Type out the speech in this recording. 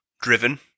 Driven